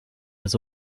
was